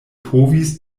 povis